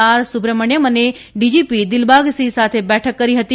R Subrahmanyam અને DGP Dilbag Singh સાથે બેઠક કરી હતી